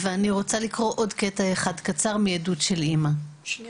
לקרוא עוד קטע אחד קצר מעדות של אמא --- אני